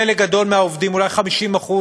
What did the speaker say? חלק גדול מהעובדים, אולי 50%,